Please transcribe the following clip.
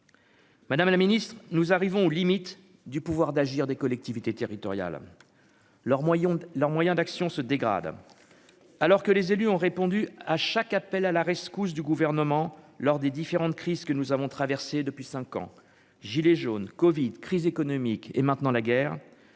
Madame la Ministre, nous arrivons aux limites du pouvoir d'agir des collectivités territoriales, leurs moyens leurs moyens d'action se dégrade, alors que les élus ont répondu à chaque appel à la rescousse du gouvernement lors des différentes crises que nous avons traversé depuis 5 ans, gilets jaunes Covid crise économique et maintenant la guerre,